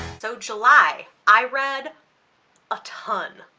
so july i read a ton.